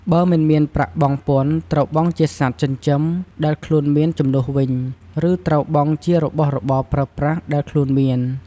បើមិនមានប្រាក់បង់ពន្ធត្រូវបង់ជាសត្វចិញ្ចឹមដែលខ្លួនមានជំនួសវិញ ឬ ត្រូវបង់ជារបស់របរប្រើប្រាសដែលខ្លួនមាន។